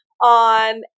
on